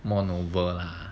more noble lah